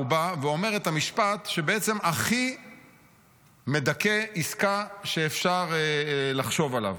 הוא בא ואומר את המשפט שבעצם הכי מדכא עסקה שאפשר לחשוב עליו.